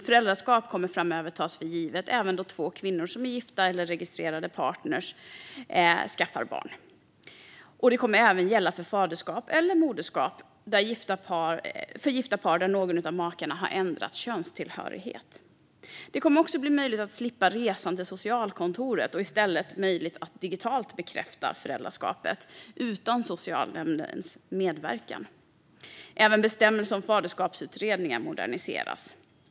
Föräldraskap kommer framöver att tas för givet även då två kvinnor som är gifta eller registrerade partner skaffar barn. Det kommer även att gälla för faderskap eller moderskap för gifta par där någon av makarna har ändrat könstillhörighet. Det kommer att bli möjligt att slippa resan till socialkontoret, och i stället blir det möjligt att digitalt bekräfta föräldraskapet utan socialnämndens medverkan. Även bestämmelserna om faderskapsutredningar moderniseras.